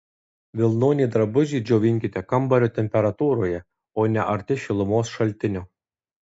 vilnonį drabužį džiovinkite kambario temperatūroje o ne arti šilumos šaltinio